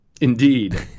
Indeed